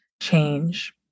change